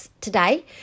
today